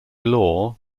law